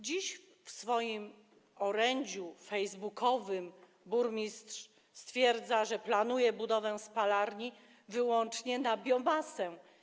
Dziś w swoim orędziu facebookowym burmistrz stwierdza, że planuje budowę spalarni wyłącznie na biomasę.